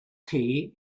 tea